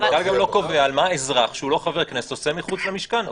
המנכ"ל גם לא קובע מה אזרח שאינו חבר כנסת עושה מחוץ למשכן.